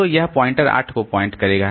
तो यह पॉइंटर 8 को पॉइंट करेगा